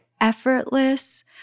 effortless